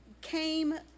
came